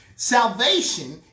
Salvation